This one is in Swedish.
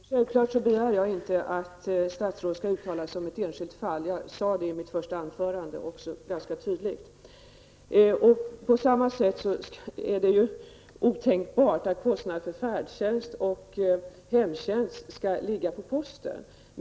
Herr talman! Självfallet begär jag inte att statsrådet skall uttala sig om ett enskilt fall. Det sade jag också ganska tydligt i mitt första anförande. På samma sätt är det ju otänkbart att kostnader för färdtjänst och hemtjänst skall ligga på posten.